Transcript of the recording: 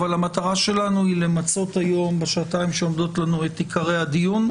אבל המטרה שלנו היא למצות בשעתיים שעומדות לנו את עיקרי הדיון.